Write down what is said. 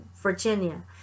Virginia